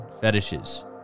fetishes